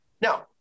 Now